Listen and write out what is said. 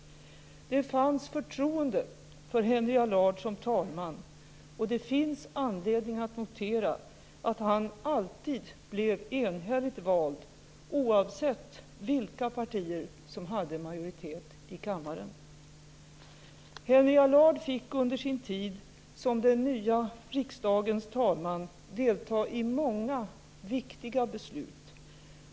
Det fanns förtroende för Henry Allard som talman, och det finns anledning att notera att han alltid blev enhälligt vald, oavsett vilka partier som hade majoritet i kammaren. Henry Allard fick under sin tid som den nya riksdagens talman delta i många viktiga beslut.